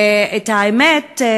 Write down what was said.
את האמת,